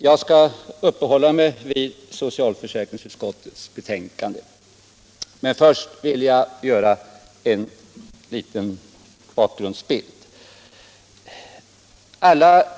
Jag skall emellertid återkomma till betänkandet, men först vill jag ge en liten bakgrundsbild.